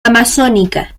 amazónica